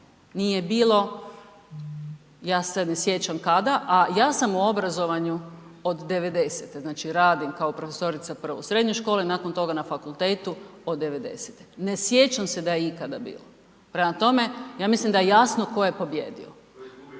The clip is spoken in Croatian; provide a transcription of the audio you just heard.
nije bilo, ja se ne sjećam kada a ja sam u obrazovanju od 90-te, znači radim kao profesorica prvo u srednjoj školi a nakon toga na fakultetu od 90-ih. Ne sjećam se da je ikada bilo prema tome, ja mislim da je jasno tko je pobijedio. …/Upadica